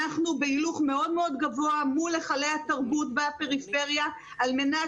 אנחנו בהילוך מאוד מאוד גבוה מול היכלי התרבות בפריפריה על מנת